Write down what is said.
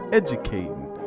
educating